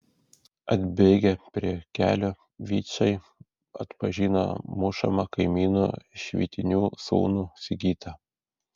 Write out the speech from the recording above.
atbėgę prie kelio vyčai atpažino mušamą kaimynu švitinių sūnų sigitą